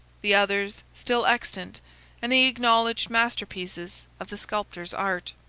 the others still extant and the acknowledged masterpieces of the sculptor's art.